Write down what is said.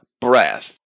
breath